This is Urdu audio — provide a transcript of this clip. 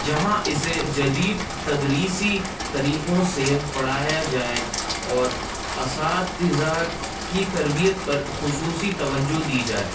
جہاں اسے جدید تدریسی طریقوں سے پڑھایا جائے اور اساتذہ کی تربیت پر خصوصی توجہ دی جائے